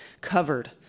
covered